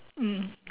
mm